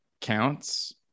counts